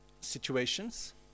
Situations